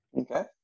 Okay